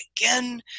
again